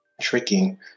tricking